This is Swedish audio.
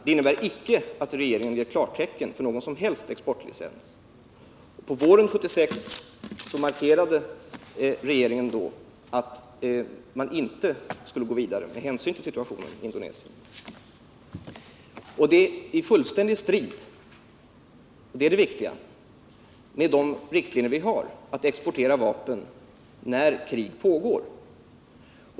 Det innebär icke att regeringen då ger något som helst klartecken för exportlicens. På våren 1976 markerade den dåvarande regeringen att man inte skulle gå vidare med hänsyn till situationen i Indonesien. Det står i fullständig strid med — och det är det viktiga — de riktlinjer som finns då det gäller att exportera vapen när krig pågår.